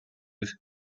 with